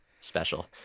special